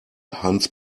hans